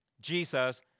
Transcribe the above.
Jesus